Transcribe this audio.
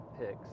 picks